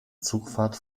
zugfahrt